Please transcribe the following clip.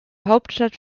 hauptstadt